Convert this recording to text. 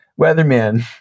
weatherman